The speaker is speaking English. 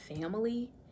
family